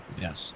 Yes